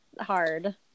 hard